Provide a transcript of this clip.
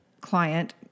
client